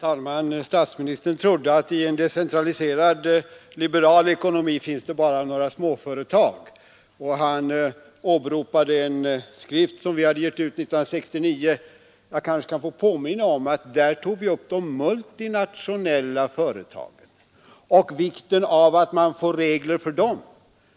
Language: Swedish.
Herr talman! Statsministern trodde att i en decentraliserad, liberal ekonomi fanns det bara några småföretag, och han åberopade en skrift som vi hade gett ut 1969. Jag kanske kan få påminna om att där tog vi upp de multinationella företagen och vikten av att man får regler för dem.